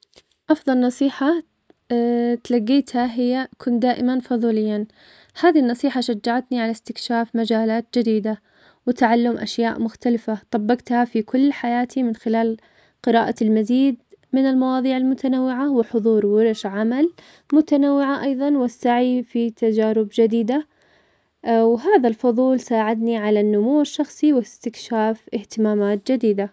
أفضل نصيحة تلقيتها هي, كن دائماً فضوليا, هذي النصيحة شجعتني على استكشاف مجالات جديدة, وتعلم أشياء مختلفة, طبقتها في كل حياتي, من خلال قراءة المزيد من المواضيع المتنوعة, وحضور ورش عمل متنوعة أيضاً, والسعي في تجارب جديدة, وهذا الفضول ساعدني على النمو الشخصي, واستكشاف إهتمامات جديدة.